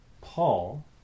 Paul